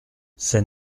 ces